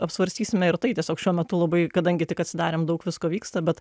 apsvarstysime ir tai tiesiog šiuo metu labai kadangi tik atsidarėm daug visko vyksta bet